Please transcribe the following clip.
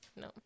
No